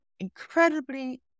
Incredibly